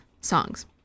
songs